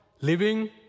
living